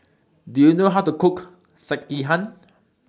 Do YOU know How to Cook Sekihan